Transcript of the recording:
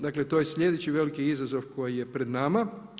Dakle to je sljedeći veliki izazov koji je pred nama.